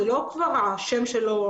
השם שלו,